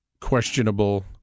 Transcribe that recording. questionable